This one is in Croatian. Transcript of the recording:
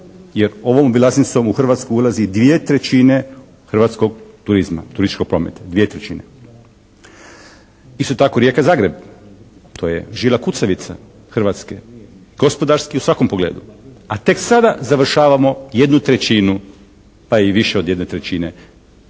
jer ovom obilaznicom u Hrvatsku ulazi 2/3 hrvatskog turizma, turističkog prometa, 2/3. Isto tako Rijeka-Zagreb. To je žila kucavica Hrvatske. Gospodarski i u svakom pogledu. A tek sada završavamo 1/3 pa i više od 1/3 te